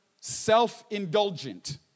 self-indulgent